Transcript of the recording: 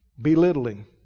Belittling